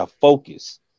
focus